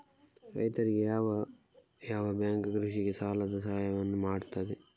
ರೈತರಿಗೆ ಯಾವ ಯಾವ ಬ್ಯಾಂಕ್ ಕೃಷಿಗೆ ಸಾಲದ ಸಹಾಯವನ್ನು ಮಾಡ್ತದೆ?